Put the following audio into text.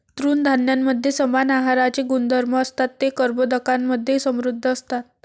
तृणधान्यांमध्ये समान आहाराचे गुणधर्म असतात, ते कर्बोदकांमधे समृद्ध असतात